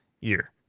year